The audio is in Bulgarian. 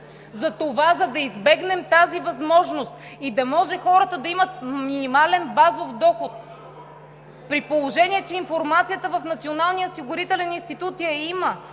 Затова, за да избегнем тази възможност и да може хората да имат минимален базов доход, при положение че информацията в